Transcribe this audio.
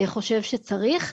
חושב שצריך.